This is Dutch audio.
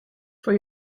voor